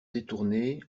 détournés